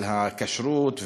של הכשרות,